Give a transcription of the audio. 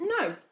No